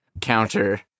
counter